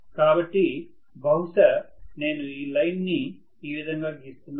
కాబట్టి బహుశా నేను ఆ లైన్ ని ఈ విధంగా గీస్తున్నాను